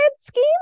scheme